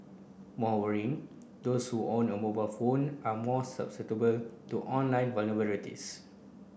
more worrying those who own a mobile phone are more susceptible to online